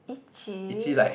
itchy